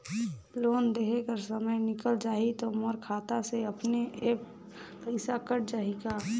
Loan देहे कर समय निकल जाही तो मोर खाता से अपने एप्प पइसा कट जाही का?